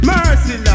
Mercy